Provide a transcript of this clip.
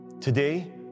Today